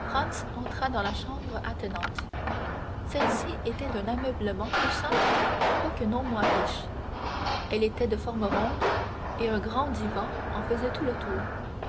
entra dans la chambre attenante celle-ci était d'un ameublement plus simple quoique non moins riche elle était de forme ronde et un grand divan en faisait tout le tour